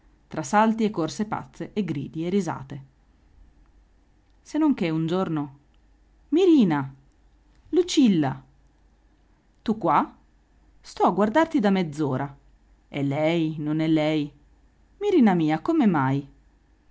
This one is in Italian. tra salti e corse pazze e gridi e risate se non che un giorno mirina lucilla tu qua sto a guardarti da mezz'ora è lei non è lei mirina mia come mai